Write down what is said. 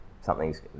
something's